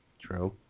true